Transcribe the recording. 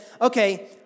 okay